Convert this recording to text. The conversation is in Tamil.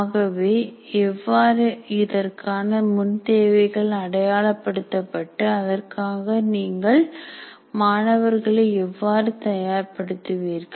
ஆகவே எவ்வாறு இதற்கான முன் தேவைகள் அடையாளப்படுத்தப்பட்டு அதற்காக நீங்கள் மாணவர்களை எவ்வாறு தயார் படுத்துவீர்கள்